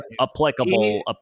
applicable